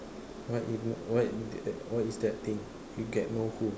what is what is the what is that thing you get no